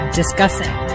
discussing